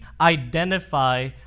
identify